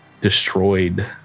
destroyed